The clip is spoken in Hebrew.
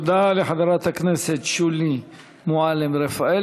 תודה לחברת הכנסת שולי מועלם-רפאלי.